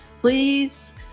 please